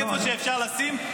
איפה שאפשר לשים,